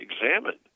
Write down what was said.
examined